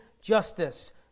justice